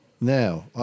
Now